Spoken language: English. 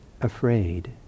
afraid